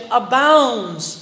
abounds